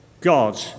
God